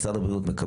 משרד הבריאות,